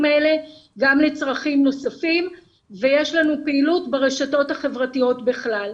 האלה גם לצרכים נוספים ויש לנו פעילות ברשתות החברתיות בכלל.